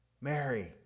Mary